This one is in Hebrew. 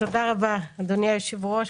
תודה רבה אדוני היושב-ראש,